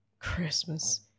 Christmas